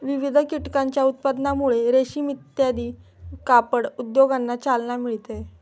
विविध कीटकांच्या उत्पादनामुळे रेशीम इत्यादी कापड उद्योगांना चालना मिळते